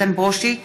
איתן ברושי,